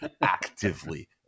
actively